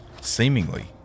Seemingly